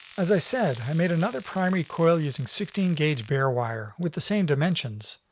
as i said i made another primary coil using sixteen gauge bare wire, with the same dimensions,